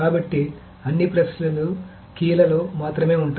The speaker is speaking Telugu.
కాబట్టి అన్ని ప్రశ్నలు కీలలో మాత్రమే ఉంటాయి